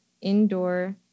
Indoor